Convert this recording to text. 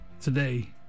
today